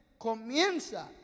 comienza